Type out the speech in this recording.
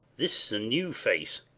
this is a new face.